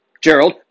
Gerald